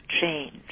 change